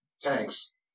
Tanks